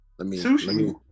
Sushi